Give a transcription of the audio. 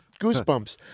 goosebumps